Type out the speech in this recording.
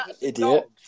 idiot